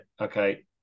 okay